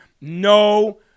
no